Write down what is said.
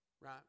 right